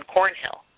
Cornhill